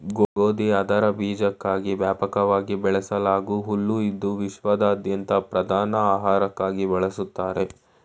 ಗೋಧಿ ಅದರ ಬೀಜಕ್ಕಾಗಿ ವ್ಯಾಪಕವಾಗಿ ಬೆಳೆಸಲಾಗೂ ಹುಲ್ಲು ಇದು ವಿಶ್ವಾದ್ಯಂತ ಪ್ರಧಾನ ಆಹಾರಕ್ಕಾಗಿ ಬಳಸ್ತಾರೆ